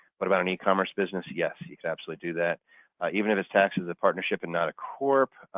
what about an e-commerce business? yes, you can absolutely do that even if it's taxed as a partnership and not a corp.